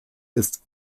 ist